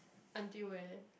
until where